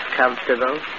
comfortable